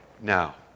now